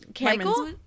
Michael